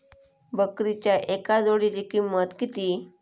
बकरीच्या एका जोडयेची किंमत किती?